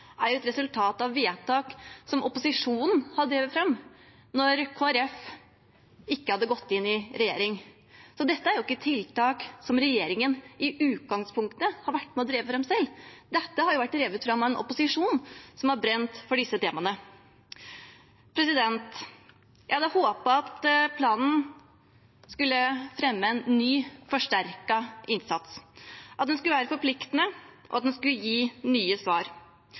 et resultat av vedtak som opposisjonen har drevet fram, da Kristelig Folkeparti ennå ikke hadde gått inn i regjering. Så dette er ikke tiltak som regjeringen i utgangspunktet har vært med på å drive fram selv, dette har vært drevet fram av en opposisjon som har brent for disse temaene. Jeg hadde håpet at planen skulle fremme en ny, forsterket innsats, at den skulle være forpliktende, og at den skulle gi nye svar.